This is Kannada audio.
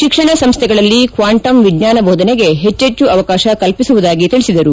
ಶಿಕ್ಷಣ ಸಂಶೈಗಳಲ್ಲಿ ಕ್ವಾಂಟಮ್ ವಿಚ್ವಾನ ಬೋಧನೆಗೆ ಹೆಚ್ಚೆಚ್ಚು ಅವಕಾಶ ಕಲ್ಪಿಸುವುದಾಗಿ ತಿಳಿಸಿದರು